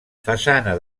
façana